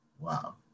Wow